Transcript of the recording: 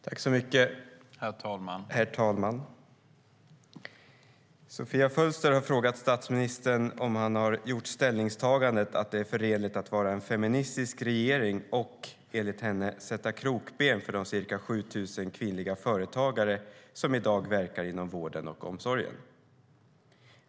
Herr talman! Sofia Fölster har frågat statsministern om han har gjort ställningstagandet att det är förenligt att vara en feministisk regering och, enligt henne, sätta krokben för de ca 7 000 kvinnliga företagare som i dag verkar inom vården och omsorgen.